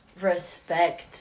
respect